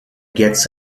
gets